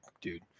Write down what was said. dude